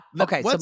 Okay